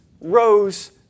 rose